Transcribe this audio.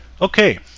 Okay